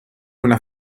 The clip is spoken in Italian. una